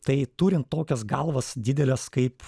tai turint tokias galvas dideles kaip